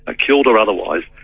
ah killed or otherwise,